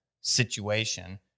situation